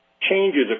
changes